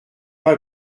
pas